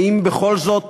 האם בכל זאת